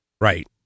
right